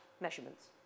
measurements